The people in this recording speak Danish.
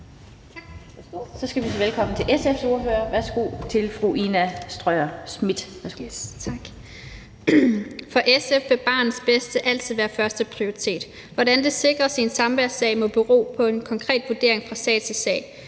Så skal vi sige velkommen til SF's ordfører. Værsgo til fru Ina Strøjer-Schmidt. Kl. 15:10 (Ordfører) Ina Strøjer-Schmidt (SF): For SF vil barnets bedste altid være førsteprioritet. Hvordan det sikres i en samværssag, må bero på en konkret vurdering fra sag til sag.